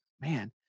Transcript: Man